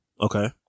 okay